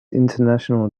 international